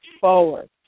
forward